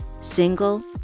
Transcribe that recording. single